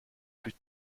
plus